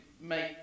make